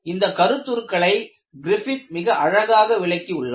இந்த கருத்துருக்களை கிரிபித் மிக அழகாக விளக்கியுள்ளார்